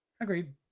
Agreed